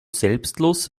selbstlos